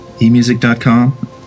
emusic.com